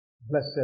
Blessed